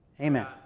Amen